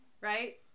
Right